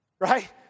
right